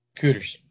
Cooters